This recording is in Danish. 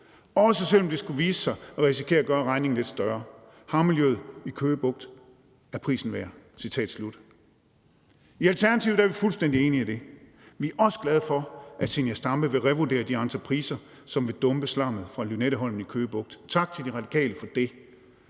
også selv om det skulle vise sig, at det risikerer at gøre regningen lidt større. Havmiljøet i Køge Bugt er prisen værd. Citat slut. I Alternativet er vi fuldstændig enige i det. Vi er også glade for, at fru Zenia Stampe vil revurdere de entrepriser, som vil dumpe slammet fra Lynetteholmen i Køge Bugt. Tak til De Radikale for det.